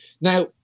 Now